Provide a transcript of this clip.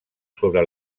sobre